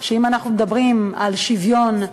אם אנחנו מדברים על שוויון,